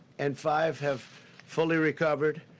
and five have fully recovered.